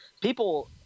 People